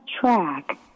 track